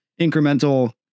incremental